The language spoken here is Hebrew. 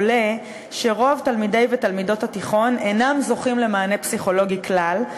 עולה שרוב תלמידי ותלמידות התיכון אינם זוכים למענה פסיכולוגי כלל,